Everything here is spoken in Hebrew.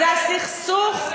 מה שמונע כרגע זה הסכסוך הלאומי,